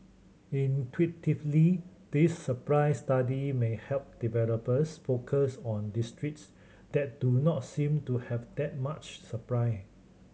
intuitively this supply study may help developers focus on districts that do not seem to have that much supply